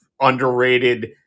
underrated